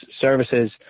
services